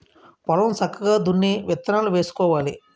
పొలం సక్కగా దున్ని విత్తనాలు వేసుకోవాలి